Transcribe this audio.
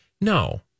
No